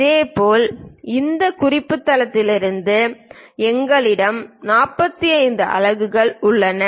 அதேபோல் இந்த குறிப்பு தளத்திலிருந்து எங்களிடம் 45 அலகுகள் உள்ளன